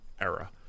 era